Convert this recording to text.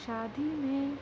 شادی میں